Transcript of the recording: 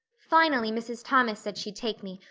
finally mrs. thomas said she'd take me,